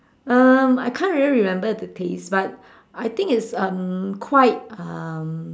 um I can't really remember the taste but I think it's um quite um